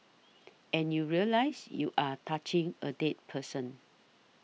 and you realise you are touching a dead person